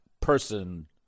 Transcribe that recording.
person